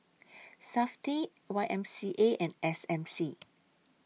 Safti Y M C A and S M C